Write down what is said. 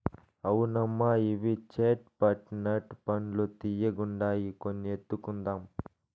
అవునమ్మా ఇవి చేట్ పట్ నట్ పండ్లు తీయ్యగుండాయి కొన్ని ఎత్తుకుందాం